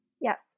Yes